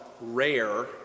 rare